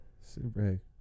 Super